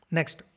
Next